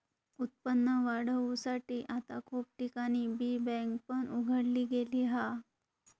उत्पन्न वाढवुसाठी आता खूप ठिकाणी बी बँक पण उघडली गेली हा